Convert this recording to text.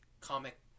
comic